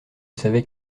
savait